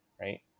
right